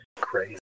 Crazy